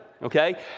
Okay